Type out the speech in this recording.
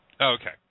Okay